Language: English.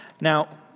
Now